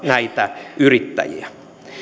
näitä yrittäjiä